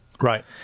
right